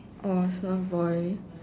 oh surf boy